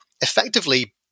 effectively